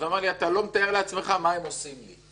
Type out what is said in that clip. אז הוא אמר לי: אתה לא מתאר לעצמך מה הם עושים לי.